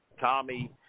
Tommy